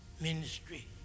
ministry